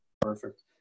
Perfect